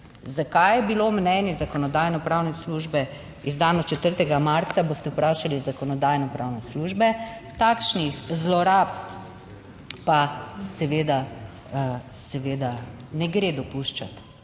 Zakaj je bilo mnenje Zakonodajno-pravne službe izdano 4. marca, boste vprašali Zakonodajno-pravne službe. Takšnih zlorab pa seveda ne gre dopuščati